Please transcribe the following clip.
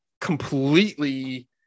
completely